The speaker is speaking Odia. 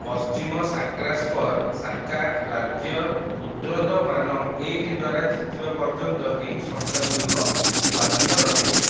ପଶ୍ଚିମ ସାଟ୍ରାପ୍ସର ସାକା ରାଜ୍ୟ ରୁଦ୍ରଦମାନ ଏକ ଦ୍ୱାରା ଜିତିବା ପର୍ଯ୍ୟନ୍ତ ଏହି ସଂସ୍ଥାଗୁଡ଼ିକ ସ୍ୱାଧୀନ ରହିବେ